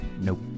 Nope